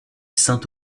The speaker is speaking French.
saint